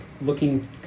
looking